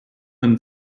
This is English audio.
and